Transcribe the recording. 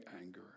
anger